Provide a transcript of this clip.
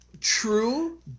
True